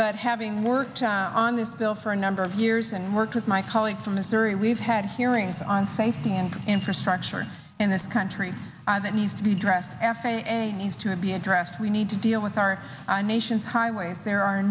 but having worked on this bill for a number of years and worked with my colleagues from missouri we've had hearings on safety and infrastructure in this country that needs to be addressed f a a needs to be addressed we need to deal with our nation's highways there are